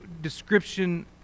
description